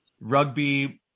rugby